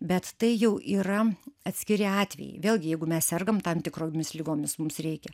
bet tai jau yra atskiri atvejai vėlgi jeigu mes sergam tam tikromis ligomis mums reikia